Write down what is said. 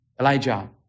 Elijah